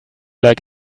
like